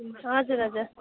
हजुर हजुर